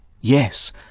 Yes